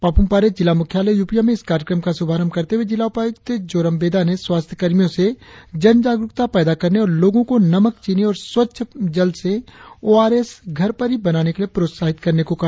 पापुमपारे जिला मुख्यालय यूपिया में इस कार्यक्रम का शुभारंभ करते हुए जिला उपायुक्त जोराम बेदा ने स्वास्थ्य कर्मियों से जनजारुकता पैदा करने और लोगों को नमक चीनी और स्वच्छ जल से ओ आर एस घर पर ही बनाने के लिए प्रोत्साहित करने को कहा